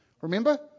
Remember